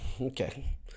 Okay